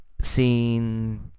seen